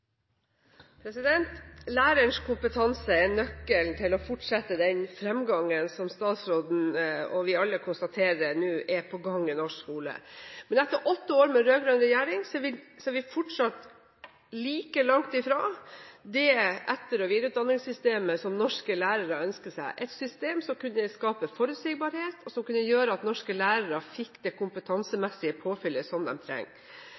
nøkkelen til å fortsette den fremgangen som statsråden og vi alle konstaterer er på gang i norsk skole. Men etter åtte år med rød-grønn regjering er vi fortsatt like langt fra det etter- og videreutdanningssystemet som norske lærere ønsker seg – et system som kunne skape forutsigbarhet og gjøre at norske lærere fikk det kompetansemessige påfyllet som de trenger.